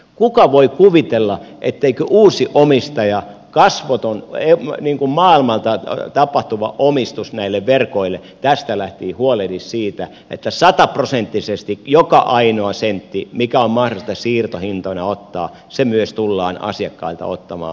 kuka voi kuvitella etteikö uusi omistaja kasvoton maailmalta tapahtuva omistus näille verkoille tästä lähtien huolehdi siitä että sataprosenttisesti joka ainoa sentti mikä on mahdollista siirtohintoina ottaa myös tullaan asiakkailta ottamaan